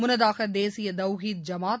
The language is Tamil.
முன்னதாக தேசிய தவ்ஹீத் ஜமாத்